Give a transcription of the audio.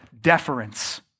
deference